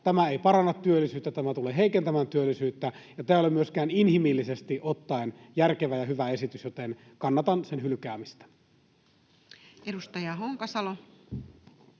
Tämä ei paranna työllisyyttä, tämä tulee heikentämään työllisyyttä, ja tämä ei ole myöskään inhimillisesti ottaen järkevä ja hyvä esitys, joten kannatan sen hylkäämistä. [Speech 408]